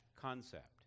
concept